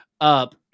up